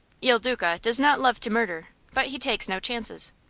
il duca does not love to murder, but he takes no chances.